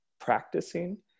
practicing